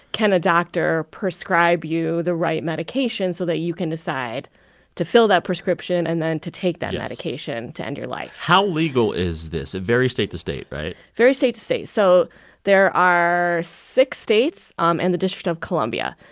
can a doctor prescribe you the right medications so that you can decide to fill that prescription and then to take that medication to end your life? how legal is this? it varies state to state, right? it varies state to state. so there are six states um and the district of columbia.